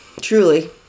truly